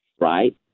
right